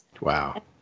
Wow